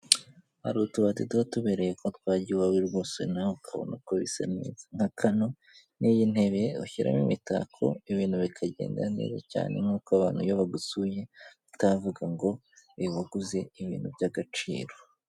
Hari utubati tutubereye ko twajya iwawe rwose nawe ukabona uko bisa nk'akanano n'iyi ntebe ushyiramo imitako ibintu bikagenda neza cyane nk'uko abantu iyo bagusuye itavuga ngo bivuguze ibintu by'agaciro.